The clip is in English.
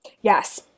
yes